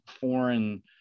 foreign